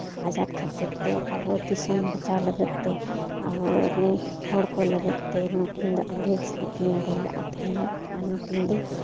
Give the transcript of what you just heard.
ᱟᱡᱟᱫ ᱠᱷᱟᱹᱛᱤᱨ ᱛᱮ ᱟᱵᱚ ᱫᱤᱥᱚᱢ ᱵᱟᱧᱪᱟᱣ ᱞᱟᱹᱜᱤᱫ ᱛᱮ ᱟᱵᱚ ᱨᱮᱱ ᱦᱚᱲ ᱠᱚ ᱞᱟᱹᱜᱤᱫ ᱛᱮ ᱱᱩᱠᱤᱱ ᱫᱚ ᱤᱝᱨᱮᱡᱽ ᱥᱟᱞᱟᱜ ᱠᱤᱱ ᱞᱟᱹᱲᱦᱟᱹᱭ ᱞᱟᱜᱼᱟ ᱛᱟᱦᱮᱱᱚᱜᱼᱟ ᱟᱨ ᱱᱩᱠᱤᱱ ᱫᱚ